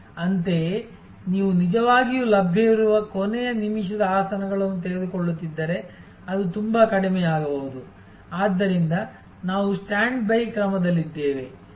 ಅಂತೆಯೇ ನೀವು ನಿಜವಾಗಿಯೂ ಲಭ್ಯವಿರುವ ಕೊನೆಯ ನಿಮಿಷದ ಆಸನಗಳನ್ನು ತೆಗೆದುಕೊಳ್ಳುತ್ತಿದ್ದರೆ ಅದು ತುಂಬಾ ಕಡಿಮೆಯಾಗಬಹುದು ಆದ್ದರಿಂದ ನಾವು ಸ್ಟ್ಯಾಂಡ್ಬೈ ಕ್ರಮದಲ್ಲಿದ್ದೇವೆ